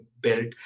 built